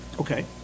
Okay